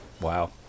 Wow